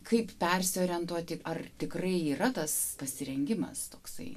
kaip persiorientuoti ar tikrai yra tas pasirengimas toksai